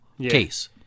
case